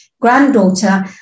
granddaughter